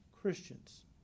Christians